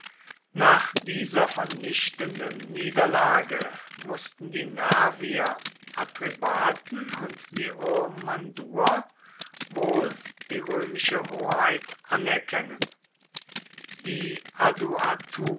nach dieser vernichtenden niederlage mußten die nervier atrebaten und viromanduer wohl die römische hoheit anerkennen die